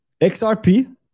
XRP